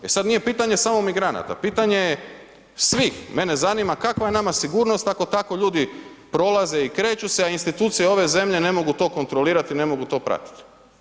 E sad nije pitanje samo migranata, pitanje svih, mene zanima kakva je nama sigurnost ako tako ljudi prolaze i kreću se, a institucije ove zemlje ne mogu to kontrolirati i ne mogu to pratiti?